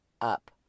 up